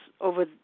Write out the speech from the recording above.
over